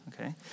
okay